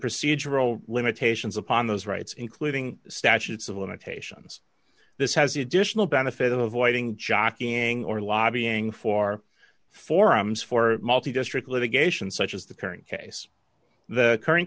procedural limitations upon those rights including statutes of limitations this has the additional benefit of avoiding jockeying or lobbying for forums for multi district litigation such as the current case the current